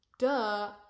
Duh